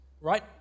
right